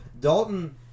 Dalton